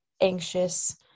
anxious